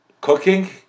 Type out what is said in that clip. cooking